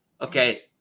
Okay